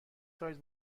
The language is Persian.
سایز